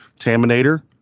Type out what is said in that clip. Taminator